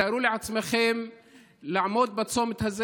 תארו לעצמכם לעמוד בצומת הזה.